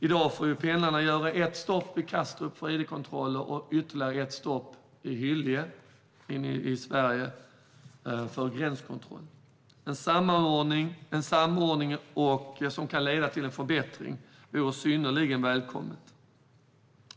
I dag får pendlarna göra ett stopp vid Kastrup för id-kontroll och ytterligare ett stopp vid Hyllie i Sverige för gränskontroll. En samordning som kan leda till en förbättring vore synnerligen välkommen.